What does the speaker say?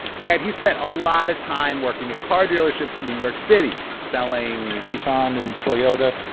and he spent a lot of time working at car dealerships in new york city, selling. nissan and toyota,